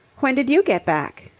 when did you get back?